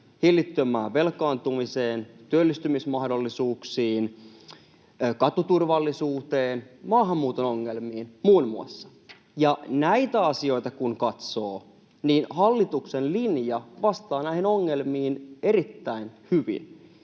hillittömään velkaantumiseen, työllistymismahdollisuuksiin, katuturvallisuuteen, maahanmuuton ongelmiin muun muassa. Ja näitä asioita kun katsoo, niin hallituksen linja vastaa näihin ongelmiin erittäin hyvin.